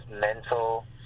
mental